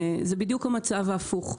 זה בדיוק המצב ההפוך.